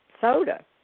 soda